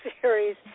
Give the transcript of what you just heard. series